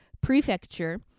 Prefecture